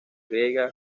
griega